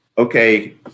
Okay